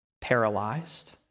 paralyzed